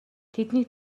тэднийг